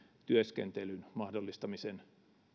työskentelyn mahdollistamisen